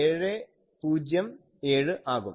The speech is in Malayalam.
707 ആകും